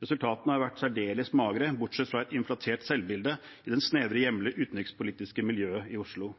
Resultatene har vært særdeles magre, bortsett fra et inflatert selvbilde i det snevre, hjemlige utenrikspolitiske miljøet i Oslo.